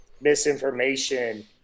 misinformation